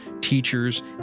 teachers